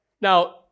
Now